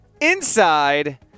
inside